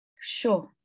Sure